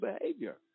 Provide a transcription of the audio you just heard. behavior